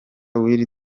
w’iri